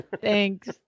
Thanks